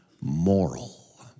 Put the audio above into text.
moral